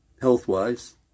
health-wise